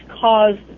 caused